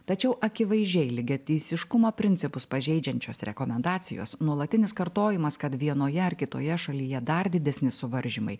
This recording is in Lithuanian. tačiau akivaizdžiai lygiateisiškumo principus pažeidžiančios rekomendacijos nuolatinis kartojimas kad vienoje ar kitoje šalyje dar didesni suvaržymai